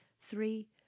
three